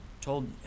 Told